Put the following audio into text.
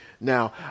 Now